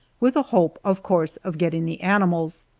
with a hope, of course, of getting the animals.